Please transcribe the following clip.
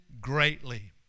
greatly